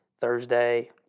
Thursday